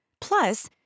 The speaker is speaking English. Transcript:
Plus